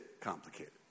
complicated